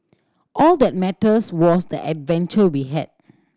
all that matters was the adventure we had